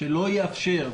שלא יאפשר.